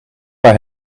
bij